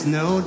no